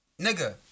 nigga